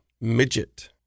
Midget